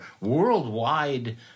worldwide